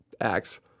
acts